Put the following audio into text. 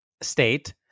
state